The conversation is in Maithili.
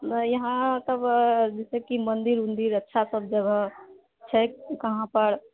तऽ यहांँ सब जैसेकि मन्दिर वन्दिर अच्छा सभ जगह छै कहाँ पर